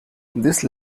these